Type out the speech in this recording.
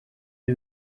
ubu